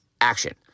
action